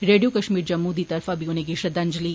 radio Kashmir Jammu दी तरफा उनेंगी श्रद्वांजलि